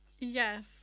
Yes